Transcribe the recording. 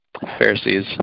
Pharisees